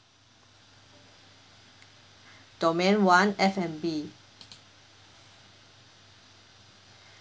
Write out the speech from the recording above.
domain one F&B